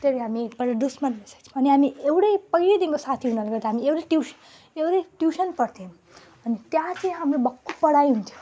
त्यही हामी एकपल्ट दुस्मन भइसकेको थियो अनि हामी एउटै पहिलैदेखिको साथी हुनाले गर्दा हामी एउटै ट्युस एउटै ट्युसन पढ्थ्यौँ अनि त्यहाँ चाहिँ हाम्रो भक्कु पढाइ हुन्थ्यो